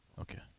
Okay